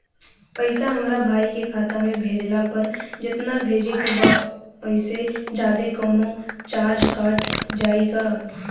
पैसा हमरा भाई के खाता मे भेजला पर जेतना भेजे के बा औसे जादे कौनोचार्ज कट जाई का?